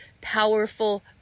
powerful